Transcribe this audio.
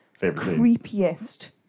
creepiest